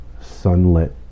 sunlit